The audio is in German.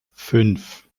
fünf